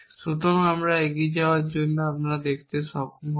সুতরাং আমরা এগিয়ে যাওয়ার আগে আপনি দেখতে সক্ষম হবেন